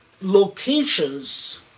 locations